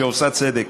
שעושה צדק.